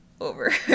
over